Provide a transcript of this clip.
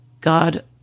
God